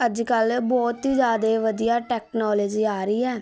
ਅੱਜ ਕੱਲ੍ਹ ਬਹੁਤ ਹੀ ਜ਼ਿਆਦਾ ਵਧੀਆ ਟੈਕਨੋਲੇਜੀ ਆ ਰਹੀ ਹੈ